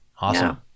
Awesome